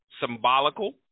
symbolical